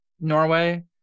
Norway